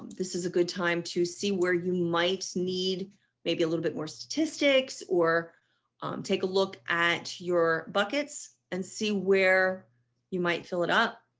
this is a good time to see where you might need maybe a little bit more statistics or take a look at your buckets and see where you might fill it up.